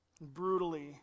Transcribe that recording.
brutally